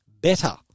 better